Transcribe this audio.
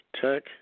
Tech